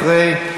אחרי?